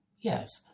yes